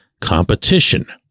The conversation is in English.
competition